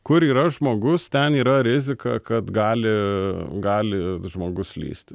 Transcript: kur yra žmogus ten yra rizika kad gali gali žmogus lįsti